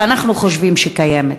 שאנחנו חושבים שקיימת.